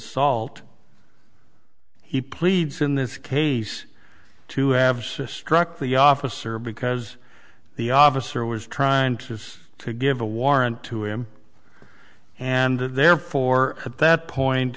assault he pleads in this case to have sistrunk the officer because the officer was trying to give a warrant to him and therefore at that point